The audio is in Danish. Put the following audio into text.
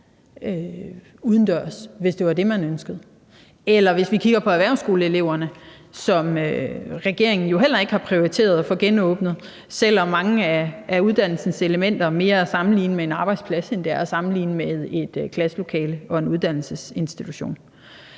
udendørs, hvis det var det, man ønskede. Eller vi kan kigge på erhvervsskoleeleverne, som regeringen jo heller ikke har prioriteret at få genåbnet for, selv om mange af uddannelsernes elementer mere er at sammenligne med en arbejdsplads, end det er at sammenligne med et klasselokale og en uddannelsesinstitution.